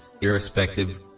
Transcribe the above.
irrespective